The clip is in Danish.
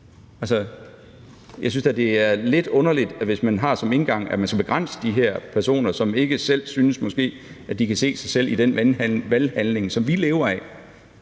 man som indgangsvinkel har, at man skal begrænse de her personer, som måske ikke selv synes, at de kan se sig selv i den valghandling, som vi lever af.